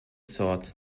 sort